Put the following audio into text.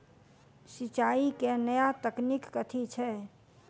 सिंचाई केँ नया तकनीक कथी छै?